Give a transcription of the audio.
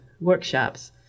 workshops